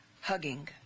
hugging